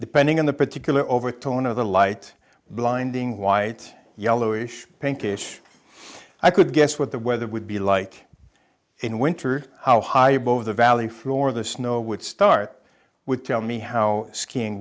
bending in the particular overtone of the light blinding white yellowish pinkish i could guess what the weather would be like in winter how high above the valley floor the snow would start would tell me how skiing